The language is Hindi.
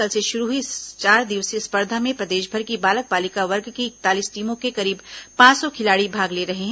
कल से शुरू हुई इस चार दिवसीय स्पर्धा में प्रदेशभर की बालक बालिका वर्ग की इकतालीस टीमों के करीब पांच सौ खिलाड़ी भाग ले रहे हैं